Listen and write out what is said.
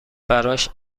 براش